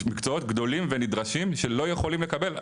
מקצועות גדולים ונדרשים שלא יכולים לקבל,